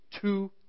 Two